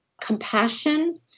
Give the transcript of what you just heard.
compassion